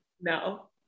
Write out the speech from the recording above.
no